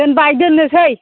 दोनबाय दोन्नोसै